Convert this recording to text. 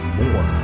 more